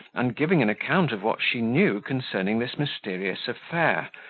and giving an account of what she knew concerning this mysterious affair,